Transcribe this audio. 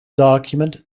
document